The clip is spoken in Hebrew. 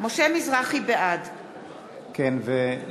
בעד ובכן,